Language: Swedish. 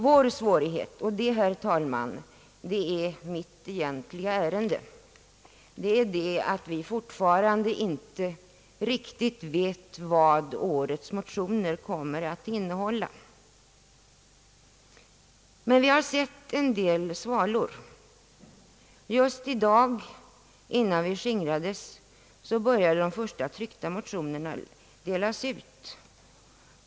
Vår svårighet, herr talman — det är mitt egentliga ärende — är att vi fortfarande inte riktigt vet vad årets motioner kommer att innehålla. Vi har dock sett en del svalor. Just i dag, innan vi skingrades före middagspausen, började de första tryckta motionerna delas ut.